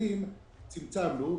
מקבילים צמצמנו.